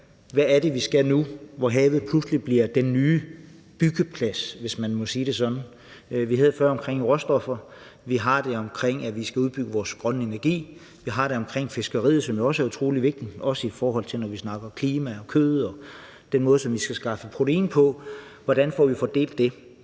hvad det er, vi skal nu, hvor havet pludselig bliver den nye byggeplads, hvis man må sige det sådan. Vi hørte før om råstoffer, og vi har det også i forhold til, at vi skal udbygge vores grønne energi, og vi har det omkring fiskeriet, som også er utrolig vigtigt, og så i forhold til – når vi snakker klima – kød og den måde, som vi skal skaffe protein på. Hvordan får vi fordelt det?